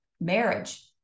marriage